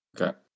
Okay